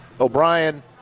O'Brien